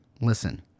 Listen